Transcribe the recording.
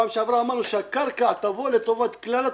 פעם שעברה אמרנו שהקרקע תבוא לטובת כלל התושבים.